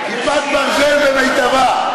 כיפת ברזל במיטבה.